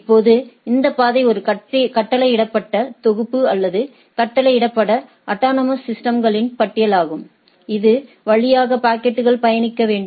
இப்போது இந்த பாதை ஒரு கட்டளையிடப்பட்ட தொகுப்பு அல்லது கட்டளையிடப்பட்ட அட்டானமஸ் சிஸ்டம்களின் பட்டியலாகும் இது வழியாக பாக்கெட்டுகள் பயணிக்க வேண்டும்